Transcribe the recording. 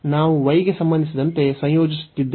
ನಾವು y ಗೆ ಸಂಬಂಧಿಸಿದಂತೆ ಸಂಯೋಜಿಸುತ್ತಿದ್ದೇವೆ